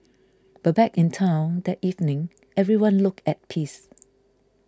but back in town that evening everyone looked at peace